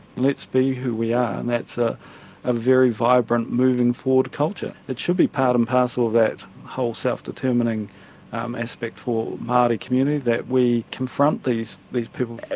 let's be who we are, and that's a ah very vibrant moving forward culture. it should be part and parcel of that whole self determining aspect for maori community that we confront these these people.